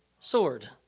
sword